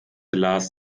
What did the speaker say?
lars